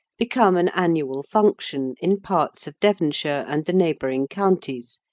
become an annual function in parts of devonshire and the neighbouring counties,